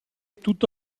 tutto